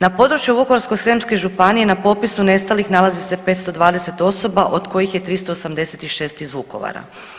Na području Vukovarsko-srijemske županije na popisu nestalih nalazi se 520 osoba od kojih je 386 iz Vukovara.